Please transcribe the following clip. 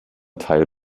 teil